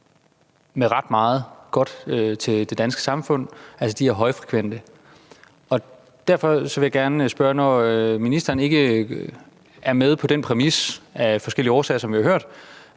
med ret meget godt til det danske samfund. Derfor vil jeg gerne spørge: Når ministeren ikke er med på den præmis af forskellige årsager, som vi har hørt,